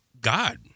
God